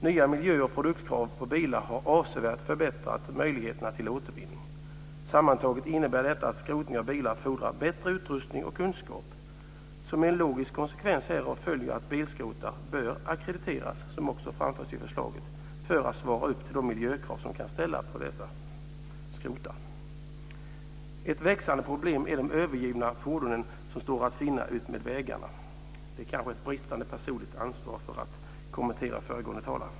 Nya miljö och produktkrav på bilar har medfört avsevärt större möjligheter till återvinning. Sammantaget innebär detta att skrotning av bilar fordrar bättre utrustning och kunskap. Som en logisk konsekvens härav följer att bilskrotar bör ackrediteras - vilket också framförs i förslaget - för att svara upp till de miljökrav som kan ställas på dessa. Ett växande problem är de övergivna fordon som står att finna utmed vägarna. Det beror kanske på ett bristande personligt ansvar - för att kommentera föregående talare.